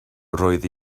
roedd